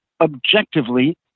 objectively